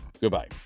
goodbye